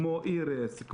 כמו איריס,